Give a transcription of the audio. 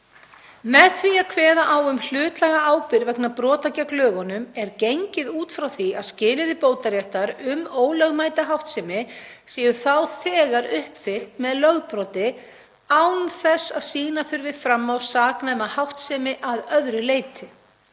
Með því að kveða á um hlutlæga ábyrgð vegna brota gegn lögunum er gengið út frá því að skilyrði bótaréttar um ólögmæta háttsemi séu þá þegar uppfyllt með lögbroti án þess að sýna þurfi fram á saknæma háttsemi að öðru leyti